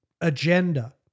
agenda